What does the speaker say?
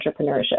entrepreneurship